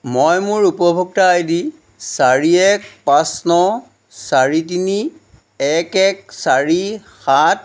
মই মোৰ উপভোক্তা আইডি চাৰি এক পাঁচ ন চাৰি তিনি এক এক চাৰি সাত